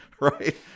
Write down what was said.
Right